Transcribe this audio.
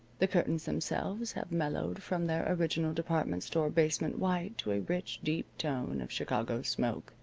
the curtains themselves have mellowed from their original department-store-basement-white to a rich, deep tone of chicago smoke,